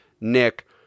Nick